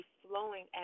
flowing